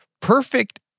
Perfect